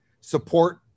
support